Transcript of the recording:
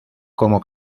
como